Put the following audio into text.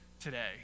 today